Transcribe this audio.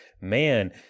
man